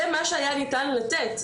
זה מה שהיה ניתן לתת.